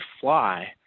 fly